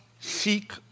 seek